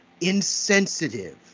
insensitive